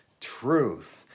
truth